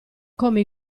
come